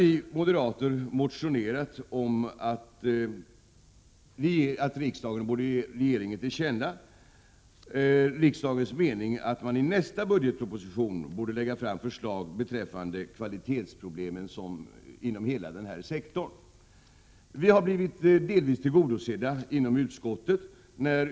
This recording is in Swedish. Vi moderater har motionerat om att riksdagen skall ge regeringen sin mening till känna om att man i nästa budgetproposition borde lägga fram förslag beträffande kvalitetsproblemen inom hela denna sektor. Vi har blivit delvis tillgodosedda inom utskottet.